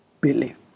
believe